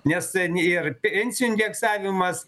nes ten ir pensijų indeksavimas